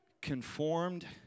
Conformed